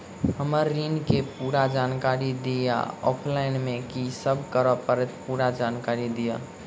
हम्मर ऋण केँ पूरा जानकारी दिय आ ऑफलाइन मे की सब करऽ पड़तै पूरा जानकारी दिय?